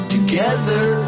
Together